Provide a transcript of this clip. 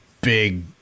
big